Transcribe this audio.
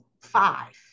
five